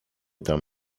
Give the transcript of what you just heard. tam